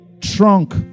trunk